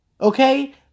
Okay